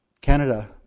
Canada